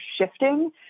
shifting